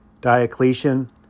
Diocletian